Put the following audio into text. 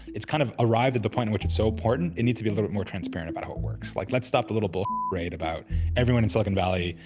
it's kind of arrived at the point at which it's so important, it needs to be a little more transparent about how it works. like, let's stop the little parade about everyone in silicon valley,